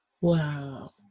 Wow